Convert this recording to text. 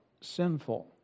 Sinful